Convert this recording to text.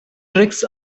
tricks